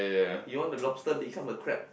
you want the lobster become a crab